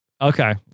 Okay